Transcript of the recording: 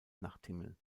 nachthimmel